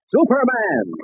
Superman